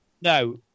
no